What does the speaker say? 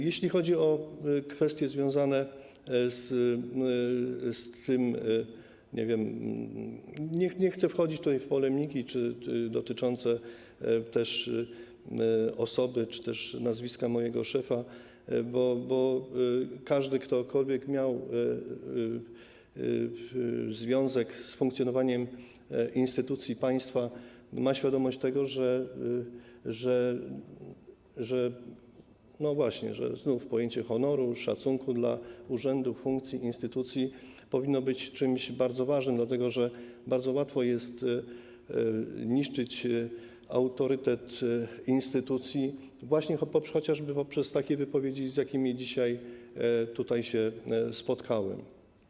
Jeśli chodzi o kwestie związane z... nie wiem, nie chcę wchodzić tutaj w polemiki, czy dotyczące osoby czy też nazwiska mojego szefa, to każdy, kto miał związek z funkcjonowaniem instytucji państwa, ma świadomość tego, że - no właśnie, znów - pojęcie honoru, szacunku dla urzędu, funkcji instytucji powinno być czymś bardzo ważnym, dlatego że bardzo łatwo jest niszczyć autorytet instytucji właśnie chociażby poprzez takie wypowiedzi, z jakimi dzisiaj tutaj się spotkałem.